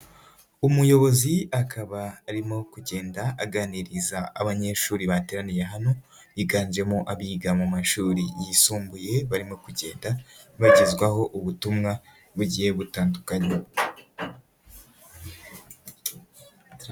Umuyobozi akaba arimo kugenda aganiriza abanyeshuri bateraniye hano, higanjemo abiga mu mashuri yisumbuye, barimo kugenda bagezwaho ubutumwa bugiye butandukanye.